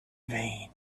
vain